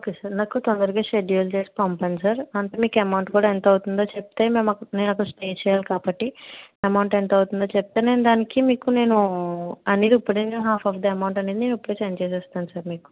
okay sir నాకు తొందరగా schedule చేసి పంపండి సార్ కంపెనీకి అమౌంట్ కూడ ఎంత అవుతుందో చెప్తే మేము మేము అక్కడ స్టే చేయాలి కాబట్టి అమౌంట్ ఎంత అవుతుందో చెప్తే నేను దానికి మీకు నేను అందుకే ఇప్పుడే హాఫ్ ఆఫ్ ద అమౌంట్ అనేది నేను ఇప్పుడే సెండ్ చేసేస్తాను సార్ మీకు